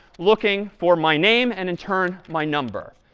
looking for my name and, in turn, my number.